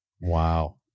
Wow